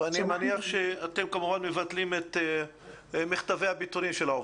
אני מניח שאתם כמובן מבטלים את מכתבי הפיטורין לעובדים.